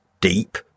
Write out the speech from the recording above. deep